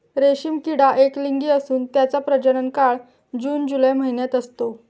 रेशीम किडा एकलिंगी असून त्याचा प्रजनन काळ जून जुलै महिन्यात असतो